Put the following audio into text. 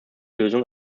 lösung